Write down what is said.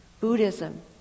Buddhism